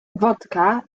fodca